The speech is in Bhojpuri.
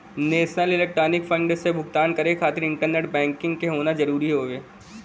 नेशनल इलेक्ट्रॉनिक्स फण्ड से भुगतान करे खातिर इंटरनेट बैंकिंग क होना जरुरी हउवे